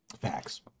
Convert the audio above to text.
Facts